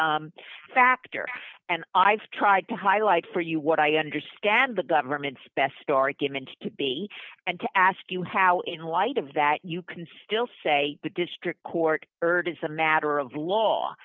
determinative factor and i've tried to highlight for you what i understand the government's best argument to be and to ask you how in light of that you can still say the district court heard as a matter of law